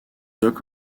doc